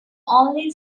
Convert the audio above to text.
only